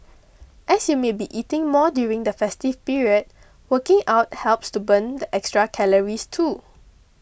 as you may be eating more during the festive period working out helps to burn the extra calories too